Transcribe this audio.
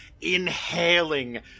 inhaling